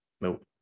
Nope